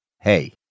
Hey